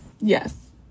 Yes